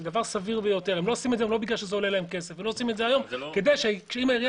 הם לא עושים את זה היום כדי שאם העירייה